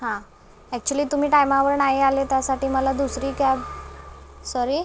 हां ॲक्च्युली तुम्ही टायमावर नाही आले त्यासाठी मला दुसरी कॅब सॉरी